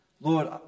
Lord